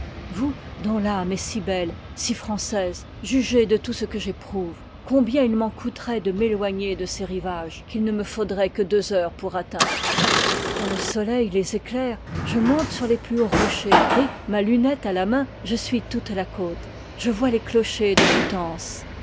vous dont rame est si belle si française jugez de tout ce que j'éprouve combien il m'en coûteroit de m'éloigner de ces rivages qu'il ne me faudroit que deux heures pour atteindre quand le soleil les éclaire je monte sur les plus hauts liv ni rochers et ma lunette à ia main je suis toute la côte je vois les clodhers de